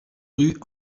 rue